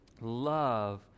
love